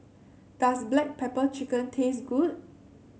does Black Pepper Chicken taste good